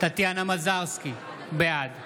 טטיאנה מזרסקי, בעד